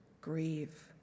Grieve